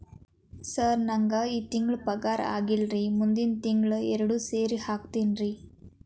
sir ನಂಗ ಈ ತಿಂಗಳು ಪಗಾರ ಆಗಿಲ್ಲಾರಿ ಮುಂದಿನ ತಿಂಗಳು ಎರಡು ಸೇರಿ ಹಾಕತೇನ್ರಿ